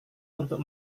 untuk